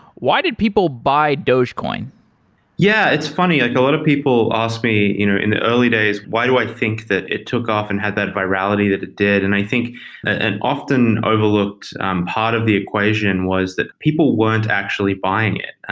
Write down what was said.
why did people buy dogecoin? yeah, it's funny. like a lot of people ask me you know in the early days, days, why do i think that it took off and had that virality that it did? and i think an often overlooked um part of the equation was that people weren't actually buying it.